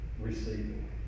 receiving